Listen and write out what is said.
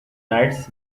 nights